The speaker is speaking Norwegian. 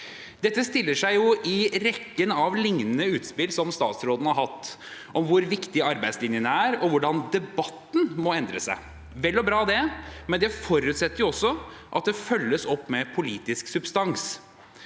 Dette stiller seg i rekken av lignende utspill fra statsråden om hvor viktig arbeidslinjen er, og om hvordan debatten må endre seg. Det er vel og bra det, men det forutsetter jo at det følges opp med politisk substans,